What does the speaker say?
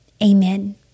amen